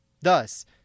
Thus